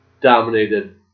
dominated